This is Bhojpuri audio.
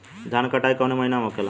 धान क कटाई कवने महीना में होखेला?